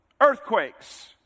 Earthquakes